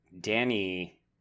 Danny